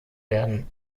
werden